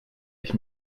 ich